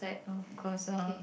of course ah